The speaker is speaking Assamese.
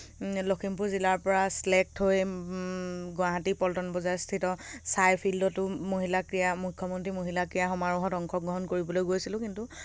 লক্ষীমপুৰ জিলাৰ পৰা চিলেক্ট হৈ গুৱাহাটী পল্টন বজাৰস্থিত চাই ফিল্ডতো মহিলা ক্ৰীড়া মূখ্যমন্ত্ৰী মহিলা ক্ৰীড়া সমাৰোহত অংশগ্ৰহণ কৰিবলৈ গৈছিলোঁ কিন্তু